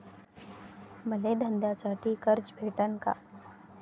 मले धंद्यासाठी कर्ज भेटन का?